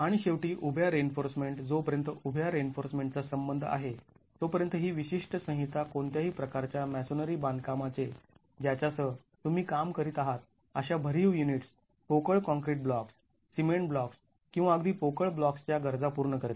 आणि शेवटी उभ्या रिइन्फोर्समेंट जोपर्यंत उभ्या रिइन्फोर्समेंटचा संबंध आहे तोपर्यंत ही विशिष्ट संहिता कोणत्याही प्रकारच्या मॅसोनरी बांधकामाचे ज्याच्यासह तुम्ही काम करीत आहात अशा भरीव युनिट्स पोकळ कॉंक्रीट ब्लॉक्स् सिमेंट ब्लॉक्स् किंवा अगदी पोकळ ब्लॉक्स् च्या गरजा पूर्ण करते